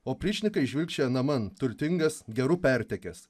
opryšninkai žvilgčioja naman turtingas geru pertekęs